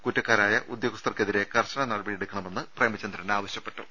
കുറ്റക്കാരായ ഉദ്യോഗസ്ഥർക്കെതിരെ കർശന നടപടിയെടുക്കണമെന്ന് പ്രേമചന്ദ്രൻ ആവശ്യപ്പെട്ടു